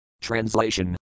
Translation